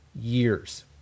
years